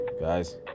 Guys